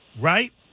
right